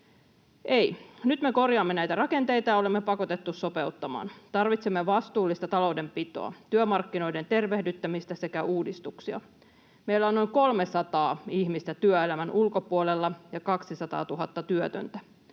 Ei. Nyt me korjaamme näitä rakenteita ja olemme pakotettu sopeuttamaan. Tarvitsemme vastuullista taloudenpitoa, työmarkkinoiden tervehdyttämistä sekä uudistuksia. Meillä on noin 1 300 000 ihmistä työelämän ulkopuolella ja 200 000 työtöntä.